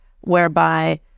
whereby